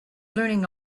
learning